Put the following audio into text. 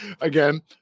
Again